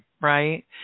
right